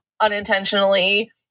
unintentionally